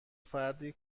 فردی